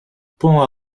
pont